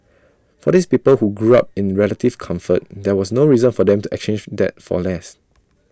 for these people who grew up in relative comfort there was no reason for them to exchange for that for less